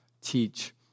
teach